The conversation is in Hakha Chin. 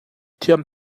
thiam